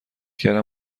کردن